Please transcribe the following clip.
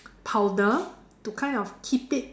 powder to kind of keep it